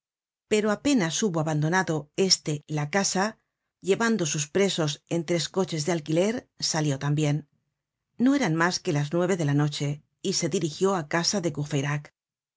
pero apenas hubo abandonado ésle la casa llevando sus presos en tres coches de alquiler salió tambien no eran mas que las nueve de la noche y se dirigió á casa de